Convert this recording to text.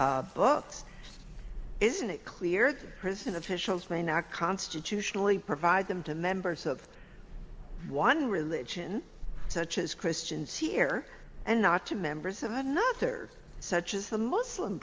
books isn't it clear that prison officials may not constitutionally provide them to members of one religion such as christians here and not to members of another such as the muslim